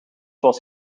was